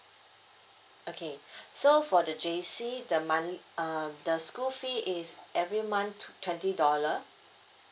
okay so for the J_C the monthly uh the school fee is every month tw~ twenty dollar